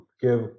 give